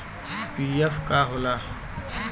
PF का होला?